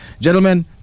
gentlemen